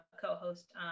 co-host